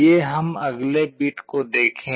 आइए हम अगले बिट को देखें